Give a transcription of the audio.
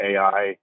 AI